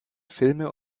filme